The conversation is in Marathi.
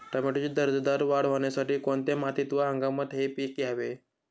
टोमॅटोची दर्जेदार वाढ होण्यासाठी कोणत्या मातीत व हंगामात हे पीक घ्यावे?